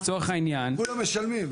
לצורך העניין --- כולם משלמים,